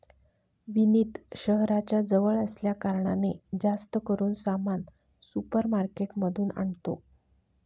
विनीत शहराच्या जवळ असल्या कारणाने, जास्त करून सामान सुपर मार्केट मधून आणतो